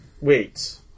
Wait